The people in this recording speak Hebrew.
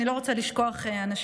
אני לא רוצה לשכוח אנשים.